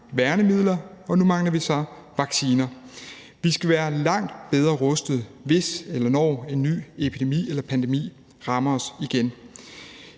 værnemidler, og nu mangler vi så vacciner. Vi skal være langt bedre rustet, hvis eller når en ny epidemi eller pandemi